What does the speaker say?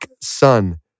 son